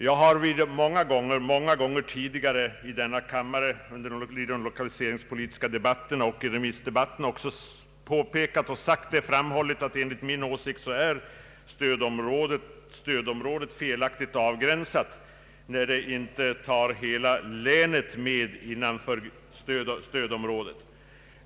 Jag har många gånger tidigare i denna kammare i de lokaliseringspolitiska debatterna och också i remissdebatter framhållit att stödområdet enligt min åsikt är felaktigt avgränsat, när inte hela länet är med inom stödområdet.